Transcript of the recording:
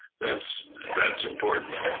that's that's important,